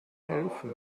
helfen